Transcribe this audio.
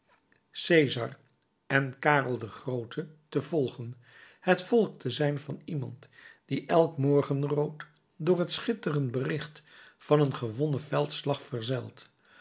cesar en karel den groote te volgen het volk te zijn van iemand die elk morgenrood door het schitterend bericht van een gewonnen veldslag verzelt